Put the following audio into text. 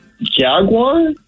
Jaguar